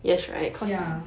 ya